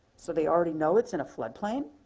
so they already know it's in a flood plain?